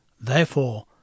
Therefore